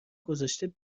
گذاشته